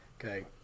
Okay